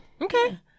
Okay